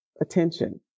attention